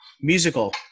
musical